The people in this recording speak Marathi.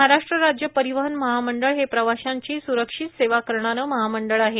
महाराष्ट्र राज्य परिवहन महामंडळ हे प्रवाशांची स्रक्षित सेवा करणारे महामंडळ आहे